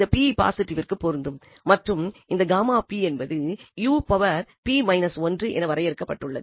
இது p பாசிட்டிவிற்கு பொருந்தும் மற்றும் இந்த என்பது என்று வரையறுக்கப்பட்டுள்ளது